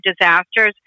disasters